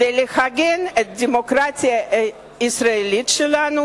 כדי להגן על הדמוקרטיה הישראלית שלנו,